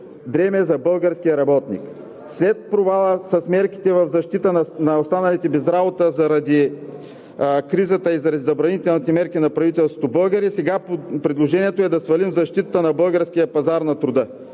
дреме за българския работник! След провала с мерките в защита на останалите без работа българи заради кризата и заради забранителните мерки на правителството, то предложението е да свалим защитата на българския пазар на труда